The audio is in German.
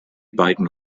beiden